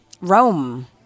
Rome